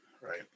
right